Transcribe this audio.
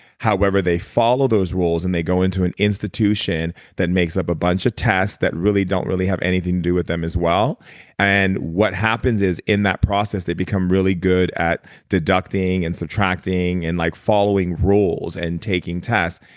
however they follow those rules and they go into an institution that makes up a bunch of test that really don't really have anything to do with them as well what happens is in that process, they become really good at deducting and subtracting, and like following rules, and taking test.